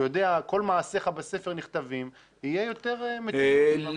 הוא יודע כל מעשיך בספר נכתבים הוא יהיה יותר --- לפני